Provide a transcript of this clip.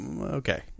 okay